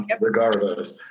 Regardless